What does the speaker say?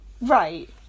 Right